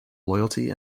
loyalty